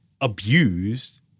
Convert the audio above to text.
abused